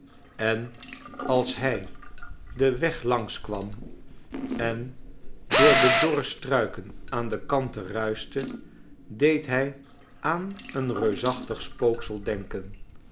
en als hij den weg langs kwam en door de dorre struiken aan de kanten ruischte deed hij aan een reusachtig spooksel denken